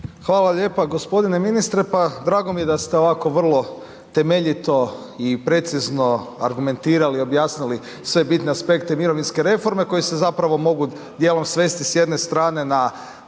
Hvala lijepa. Gospodine ministre, drago mi je da ste ovako vrlo temeljito i precizno argumentirali i objasnili sve bitne aspekte mirovinske reforme koje se zapravo mogu dijelom svesti s jedne strane na